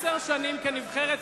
עשר שנים כנבחרת ציבור,